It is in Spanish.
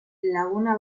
laguna